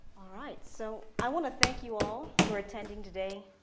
alright, so i want to thank you all for attending today,